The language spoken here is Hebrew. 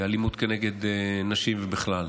אלימות כנגד נשים ובכלל.